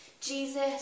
Jesus